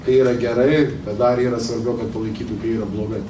tai yra gerai bet dar yra svarbiau kad palaikytų kai yra blogai